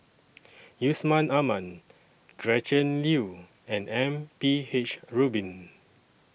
Yusman Aman Gretchen Liu and M P H Rubin